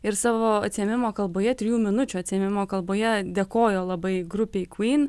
ir savo atsiėmimo kalboje trijų minučių atsiėmimo kalboje dėkojo labai grupei kvyn